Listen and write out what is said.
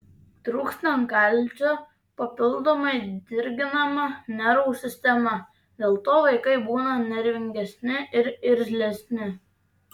trūkstant kalcio papildomai dirginama nervų sistema dėl to vaikai būna nervingesni ir irzlesni